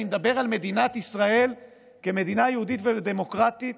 אני מדבר על מדינת ישראל כמדינה יהודית ודמוקרטית,